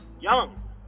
Young